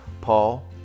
Paul